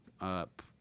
up